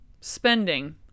spending